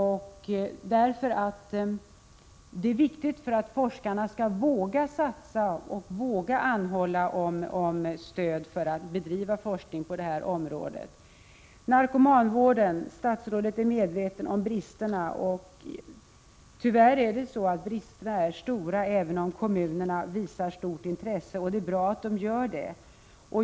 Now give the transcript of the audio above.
Det är nämligen viktigt att forskarna vågar satsa och vågar anhålla om stöd för att bedriva forskning på detta område. När det gäller narkomanvården är statsrådet medveten om bristerna, som tyvärr är stora. Kommunerna visar emellertid ett stort intresse, och det är bra.